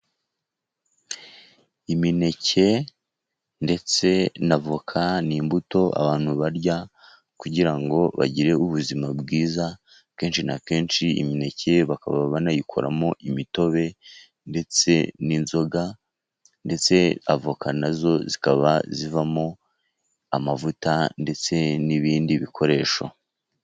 Imineke ndetse n'avoka, ni imbuto abantu barya kugira ngo bagire ubuzima bwiza. Kenshi na kenshi imineke bakaba banayikoramo imitobe ndetse n'inzoga, ndetse avoka na zo zikaba zivamo amavuta, ndetse n'ibindi bikoresho.